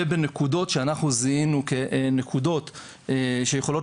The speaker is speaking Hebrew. ובנקודות שאנחנו זיהינו כנקודות שיכולות